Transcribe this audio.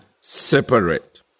separate